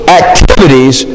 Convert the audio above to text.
activities